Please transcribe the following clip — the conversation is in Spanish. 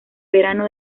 verano